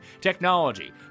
technology